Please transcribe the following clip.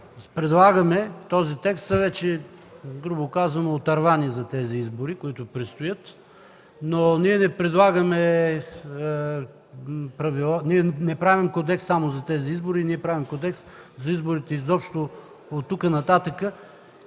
предлагаме в този текст, са вече, грубо казано, отървани за тези избори, които предстоят, но ние не правим кодекс само за тези избори, правим кодекс за изборите изобщо от тук нататък.